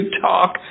talk